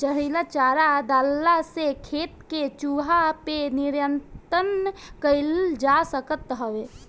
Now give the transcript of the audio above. जहरीला चारा डलला से खेत के चूहा पे नियंत्रण कईल जा सकत हवे